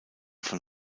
von